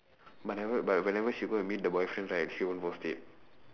but never but whenever she go and meet the boyfriend right she won't post it